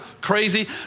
Crazy